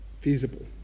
feasible